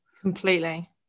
Completely